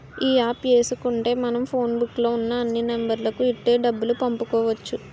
ఈ యాప్ ఏసుకుంటే మనం ఫోన్ బుక్కు లో ఉన్న అన్ని నెంబర్లకు ఇట్టే డబ్బులు పంపుకోవచ్చు